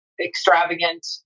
extravagant